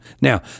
Now